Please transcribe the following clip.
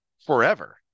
Forever